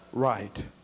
right